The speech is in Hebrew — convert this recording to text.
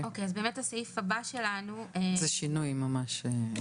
זה שינוי ממש.